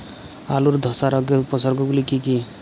আলুর ধসা রোগের উপসর্গগুলি কি কি?